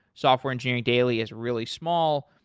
software engineering daily is really small.